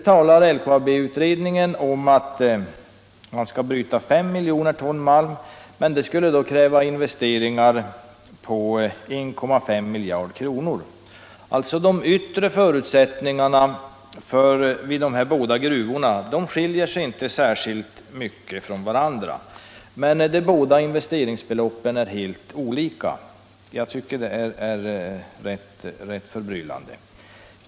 I LKAB-utredningen talas det om att man skall bryta 5 miljoner ton malm, vilket skulle kräva investeringar på 1,5 miljarder kronor. De yttre förutsättningarna vid de här båda gruvorna skiljer sig inte särskilt mycket från varandra, men de båda investeringsbeloppen är helt olika. Det är rätt förbryllande.